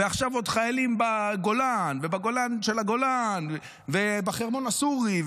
ועכשיו עוד חיילים בגולן ובגולן של הגולן ובחרמון הסורי,